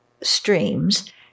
streams